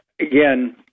again